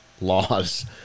laws